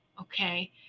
Okay